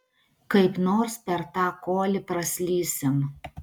kaip nors per tą kolį praslysim